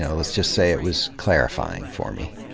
yeah let's just say it was clarifying for me.